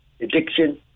addiction